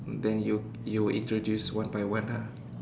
then you you will introduce one by one ah